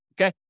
Okay